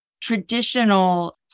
traditional